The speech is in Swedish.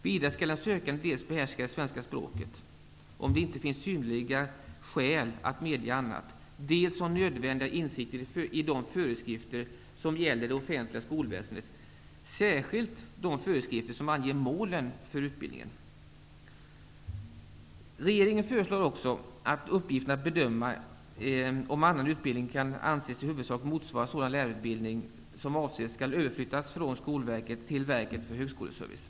Vidare skall den sökande dels behärska det svenska språket, om det inte finns synnerliga skäl att medge annat, dels ha nödvändiga insikter i de föreskrifter som gäller det offentliga skolväsendet, särskilt de föreskrifter som anger målen för utbildningen. Regeringen föreslår också att uppgiften att bedöma om annan utbildning kan anses i huvudsak motsvara sådan lärarutbildning som avses skall överflyttas från Skolverket till Verket för högskoleservice.